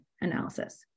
analysis